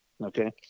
Okay